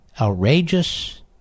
outrageous